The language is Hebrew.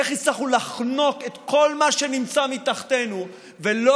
איך הצלחנו לחנוק את כל מה שנמצא מתחתנו ולא